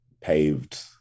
paved